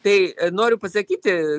tai noriu pasakyti